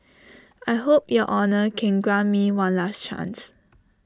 I hope your honour can grant me one last chance